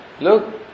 Look